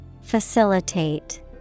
Facilitate